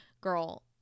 girl